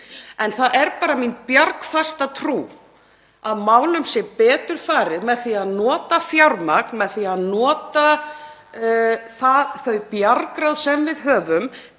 En það er bara mín bjargfasta trú að málum sé betur farið með því að nota fjármagn og þau bjargráð sem við höfum